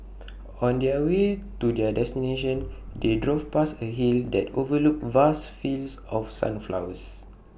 on the way to their destination they drove past A hill that overlooked vast fields of sunflowers